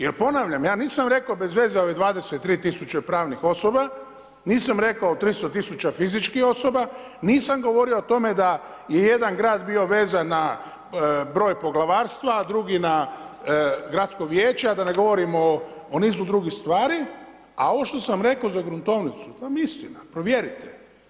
Jer ponavljam, ja nisam rekao bez veze ove 23.000 pravnih osoba, nisam rekao 300.000 fizičkih osoba, nisam govorio o tome da je jedan grad bio vezan na broj poglavarstva, a drugi na gradsko vijeće, a da ne govorimo o nizu drugih stvari, a ovo što sam rekao da gruntovnicu, to vam je istina, provjerite.